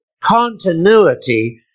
continuity